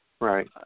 Right